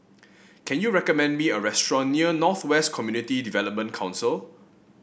can you recommend me a restaurant near North West Community Development Council